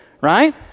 right